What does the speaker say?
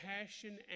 passion